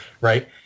Right